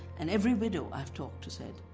and every widow i've talked to said,